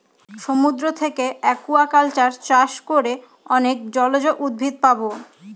সমুদ্র থাকে একুয়াকালচার চাষ করে অনেক জলজ উদ্ভিদ পাবো